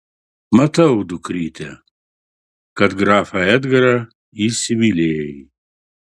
matau dukryte kad grafą edgarą įsimylėjai